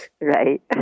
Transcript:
Right